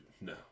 no